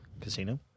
casino